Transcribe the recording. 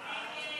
קבוצת